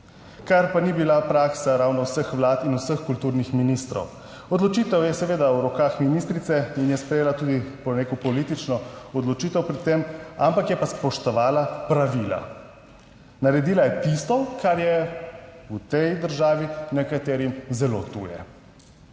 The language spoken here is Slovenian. kar pa ni bila praksa ravno vseh vlad in vseh kulturnih ministrov. Odločitev je seveda v rokah ministrice in je sprejela tudi, bom rekel, politično odločitev pri tem, ampak je pa spoštovala pravila. Naredila je tisto, kar je v tej državi nekaterim zelo tuje.